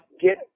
get